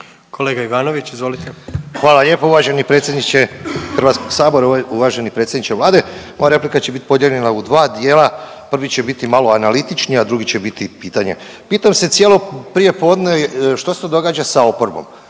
**Ivanović, Goran (HDZ)** Hvala lijepo uvaženi predsjedniče HS-a. Uvaženi predsjedniče vlade. Moja replika će biti podijeljena u dva dijela, prvi će biti malo analitični, a drugi će biti pitanje. Pitam se cijelo prijepodne što se to događa sa oporbom?